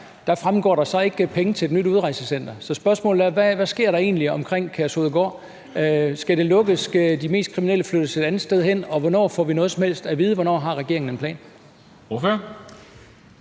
er – fremgår ikke, at der er penge til et nyt udrejsecenter. Så mit spørgsmål er: Hvad sker der egentlig omkring Kærshovedgård? Skal det lukkes? Skal de mest kriminelle flyttes et andet sted hen? Og hvornår får vi noget som helst at vide? Hvornår har regeringen en plan?